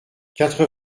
quatre